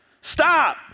stop